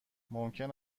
ممکن